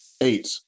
Eight